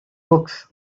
books